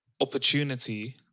opportunity